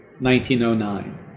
1909